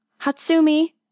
Hatsumi